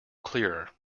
clearer